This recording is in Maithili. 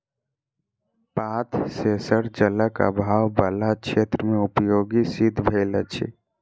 पात सेंसर जलक आभाव बला क्षेत्र मे उपयोगी सिद्ध भेल अछि